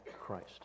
Christ